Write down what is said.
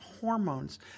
hormones